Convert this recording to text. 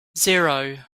zero